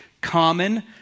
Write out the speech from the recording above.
common